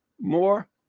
more